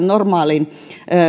normaaliin